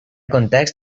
context